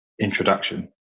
introduction